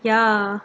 ya